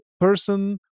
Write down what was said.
person